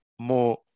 more